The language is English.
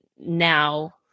now